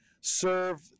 serve